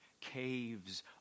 caves